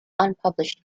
unpublished